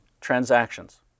transactions